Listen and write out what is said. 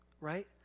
right